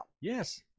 Yes